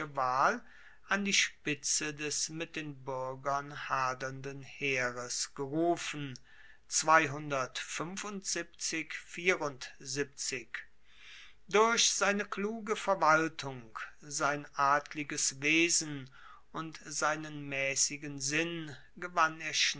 wahl an die spitze des mit den buergern hadernden heeres gerufen durch seine kluge verwaltung sein adliges wesen und seinen maessigen sinn gewann er